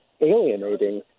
alienating